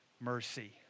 mercy